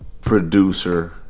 producer